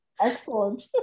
Excellent